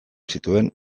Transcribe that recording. zituen